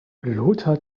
lothar